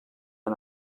and